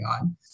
on